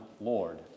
Lord